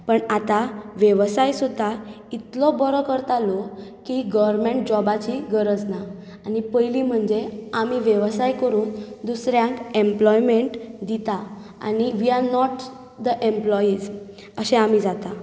पण आतां वेवसाय सुद्दा इतलो बोरो करता लोक की गवरमँट जॉबाची गरज ना आनी पयली म्हन्जे आमी वेवसाय करून दुसऱ्यांक एम्प्लॉयमॅण्ट दिता आनी we are not the employees अशे आमी जाता